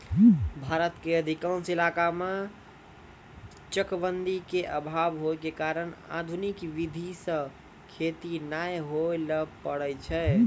भारत के अधिकांश इलाका मॅ चकबंदी के अभाव होय के कारण आधुनिक विधी सॅ खेती नाय होय ल पारै छै